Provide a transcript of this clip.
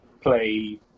play